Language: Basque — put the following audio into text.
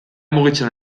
mugitzen